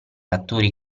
attori